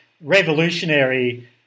revolutionary